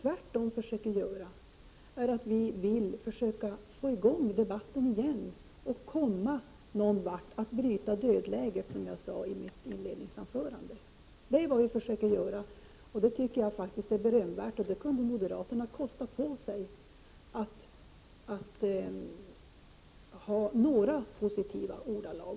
Vi försöker tvärtom få i gång debatten på nytt för att komma någon vart och bryta dödläget. Det tycker jag faktiskt är berömvärt. Moderaterna borde kosta på sig att säga något positivt om detta.